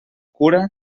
cura